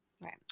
Right